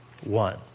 one